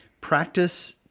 practice